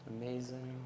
Amazing